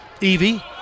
Evie